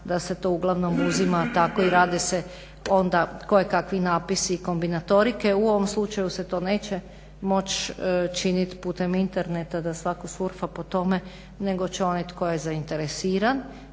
da se to uglavnom uzima tako i radi se onda kojekakvi napisi i kombinatorike. U ovom slučaju se to neće moć činiti putem interneta, da svako surfa po tome, nego će onaj tko je zainteresiran